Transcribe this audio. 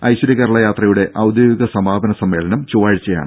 ഐശ്വര്യ കേരള യാത്രയുടെ ഔദ്യോഗിക സമാപന സമ്മേളനം ചൊവ്വാഴ്ചയാണ്